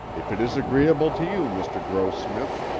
if it is agreeable to you, mr. grossmith,